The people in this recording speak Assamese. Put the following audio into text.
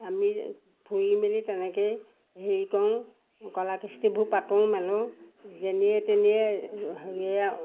আমি ফুৰি মেলি তেনেকৈয়ে হেৰি কৰোঁ কলা কৃষ্টিবোৰ পাতোঁ মেলোঁ যেনিয়ে তেনিয়ে